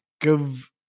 give